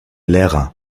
lehrer